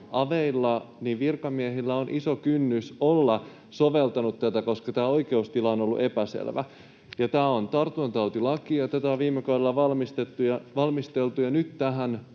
välihuuto] virkamiehillä, on ollut iso kynnys soveltaa tätä, koska tämä oikeustila on ollut epäselvä. Tämä on tartuntatautilaki, tätä on viime kaudella valmisteltu, ja nyt tähän